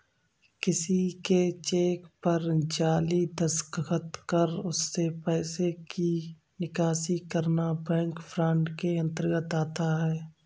किसी के चेक पर जाली दस्तखत कर उससे पैसे की निकासी करना बैंक फ्रॉड के अंतर्गत आता है